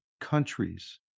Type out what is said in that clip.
countries